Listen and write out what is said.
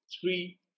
Three